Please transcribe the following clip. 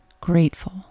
grateful